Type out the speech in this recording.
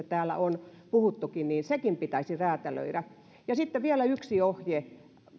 täällä on puhuttukin sekin pitäisi räätälöidä sitten vielä yksi ohje